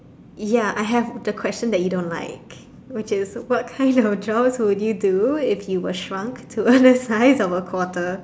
ya I have the question that you don't like which is what kind of jobs would you do if you were shrunk to a size of a quarter